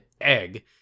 egg